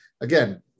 Again